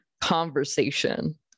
conversation